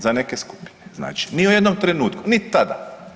Za neke skupine, znači ni u jednom trenutku, ni tada.